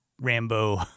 Rambo